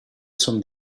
son